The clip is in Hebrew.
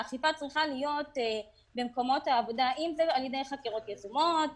האכיפה צריכה להיות במקומות העבודה - אם זה על ידי חקירות יזומות,